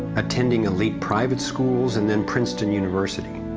attending elite private schools and then princeton university.